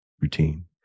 routine